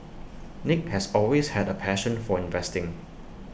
nick has always had A passion for investing